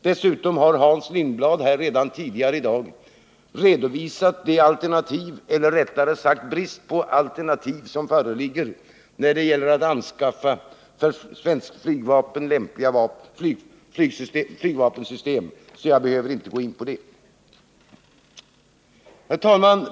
Dessutom har Hans Lindblad tidigare här i dag redovisat de alternativ — eller rättare sagt den brist på alternativ — som föreligger när det gäller att anskaffa för svenskt flygvapen lämpliga flygplanssystem, så jag behöver inte gå in på det. Herr talman!